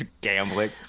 Gambling